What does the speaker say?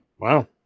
wow